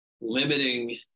Limiting